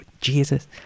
Jesus